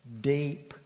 Deep